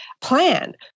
plan